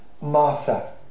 Martha